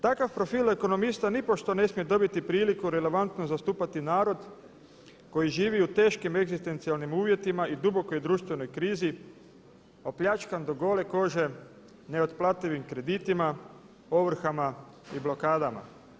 Takav profil ekonomista nipošto ne smije dobiti priliku relevantno zastupati narod koji živi u teškim egzistencijalnim uvjetima i dubokoj društvenoj krizi, opljačkan do gole kože, neotplativim kreditima, ovrhama i blokadama.